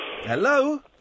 Hello